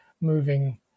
moving